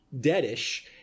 dead-ish